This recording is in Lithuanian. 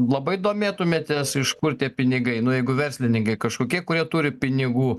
labai domėtumėtės iš kur tie pinigai nu jeigu verslininkai kažkokie kurie turi pinigų